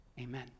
Amen